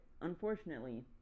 unfortunately